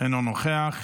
אינו נוכח,